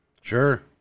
Sure